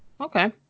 Okay